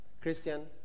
Christian